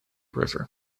river